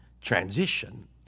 Transition